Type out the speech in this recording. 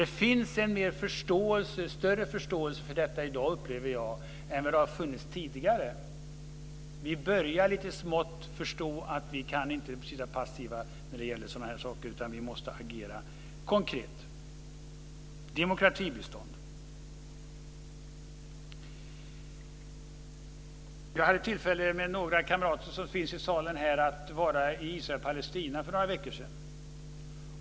Jag upplever att det finns en större förståelse i dag än vad det har funnits tidigare. Vi börjar lite smått förstå att vi inte kan sitta passiva när det gäller sådana saker, utan vi måste agera konkret - demokratibistånd. Jag hade tillfälle att tillsammans med några kamrater här i salen besöka Israel och Palestina för några veckor sedan.